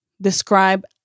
Describe